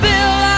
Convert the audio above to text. Bill